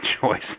choice